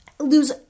lose